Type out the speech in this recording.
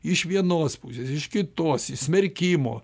iš vienos pusės iš kitos smerkimo